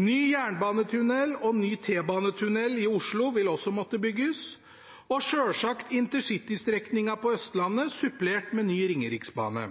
Ny jernbanetunnel og ny T-bane i Oslo vil også måtte bygges og sjølsagt intercitystrekningene på Østlandet supplert med ny Ringeriksbane.